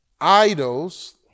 Idols